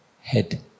head